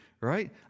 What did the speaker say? Right